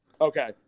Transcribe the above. Okay